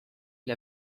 gli